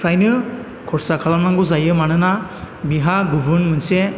फ्रायनो खरसा खालामनांगौ जायो मानोना बेहा गुबुन मोनसे